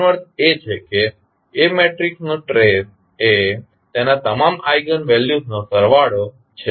તેનો અર્થ એ કે A મેટ્રિક્સનો ટ્રેસ એ તેના તમામ આઇગન વેલ્યુસનો સરવાળો છે